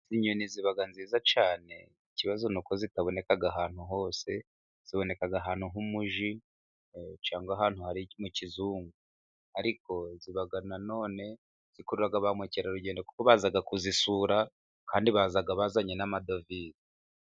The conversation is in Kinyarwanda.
Izi nyoni ziba nziza cyane. Ikibazo ni uko zitaba ahantu hose ziboneka ahantu h'umujyi cyangwa ahantu hari mu kizungu. Ariko ziba na none zikurura ba mukerarugendo kuko baza kuzisura, kandi baza bazanye n'amadovize.